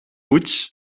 poets